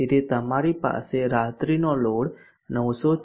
4 જેથી તમારી પાસે રાત્રિનો લોડ 914